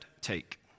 take